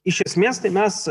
iš esmės tai mes